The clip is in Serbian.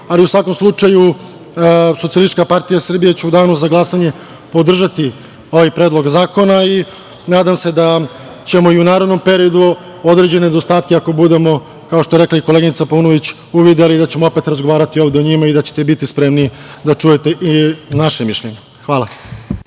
svakom slučaju, Socijalistička partija Srbije će u danu za glasanje podržati ovaj predlog zakona i nadam se da ćemo i u narednom periodu određene nedostatke, ako budemo, kao što je rekla i koleginica Paunović, uvideti i da ćemo opet razgovarati ovde o njima i da ćete biti spremni da čujete i naše mišljenje. Hvala.